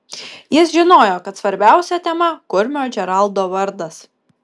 jis žinojo kad svarbiausia tema kurmio džeraldo vardas